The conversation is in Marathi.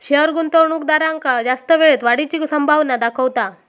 शेयर गुंतवणूकदारांका जास्त वेळेत वाढीची संभावना दाखवता